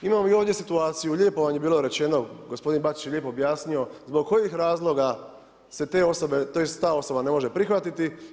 Imamo i ovdje situaciju, lijepo vam je bio rečeno, gospodin Bačić je lijepo objasnio, zbog kojih razloga, se ta osoba ne može prihvatiti.